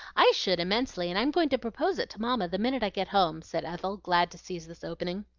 i should immensely, and i'm going to propose it to mamma the minute i get home, said ethel, glad to seize this opening.